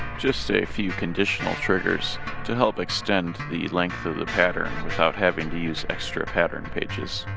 just a few conditional triggers to help extend the length of the pattern without having to use extra pattern pages